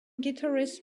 guitarist